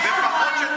ביחד,